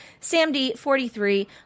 SamD43